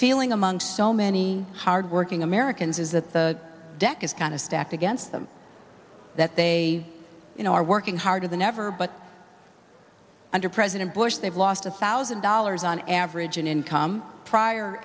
feeling among so many hardworking americans is that the deck is kind of stacked against them that they are working harder than ever but under president bush they've lost a thousand dollars on average in income prior